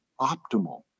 optimal